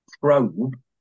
Probe